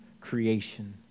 creation